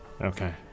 Okay